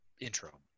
intro